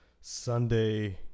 sunday